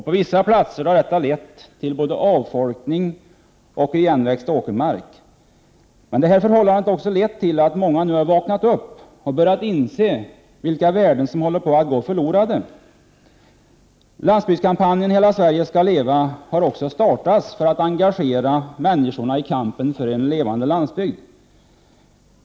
På vissa platser har detta lett till både avfolkning och igenväxt åkermark. Men detta förhållande har också lett till att många nu har vaknat upp och börjat inse vilka värden som håller på att gå förlorade. Landsbygdskampanjen ”Hela Sverige ska leva” har också startats för att engagera människorna i kampen för en levande landsbygd.